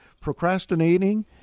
procrastinating